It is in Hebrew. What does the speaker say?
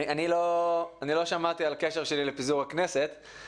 אני לא שמעתי על הקשר שלי לפיזור הכנסת,